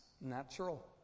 natural